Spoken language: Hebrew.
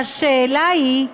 והשאלה היא,